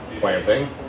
planting